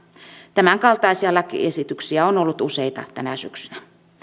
tämänkaltaisia lakiesityksiä on ollut useita tänä syksynä